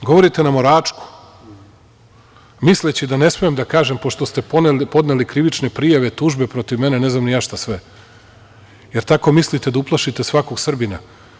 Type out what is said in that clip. Govorite nam o Račku, misleći da ne smem da kažem, pošto ste podneli krivične prijave, tužbe protiv mene, ne znam ni ja šta sve, jer tako mislite da uplašite svakog Srbina?